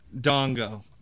Dongo